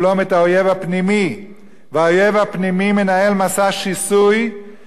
והאויב הפנימי מנהל מסע שיסוי וקורא למרד נגד הממשלה.